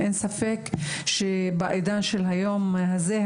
אין ספק שעידן של היום הזה,